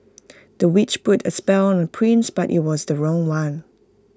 the witch put A spell on prince but IT was the wrong one